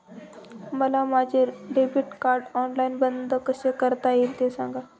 मला माझे debit card online बंद कसे करता येईल, ते सांगा